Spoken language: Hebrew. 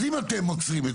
אז אם אתם עוצרים,